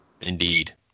indeed